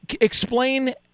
Explain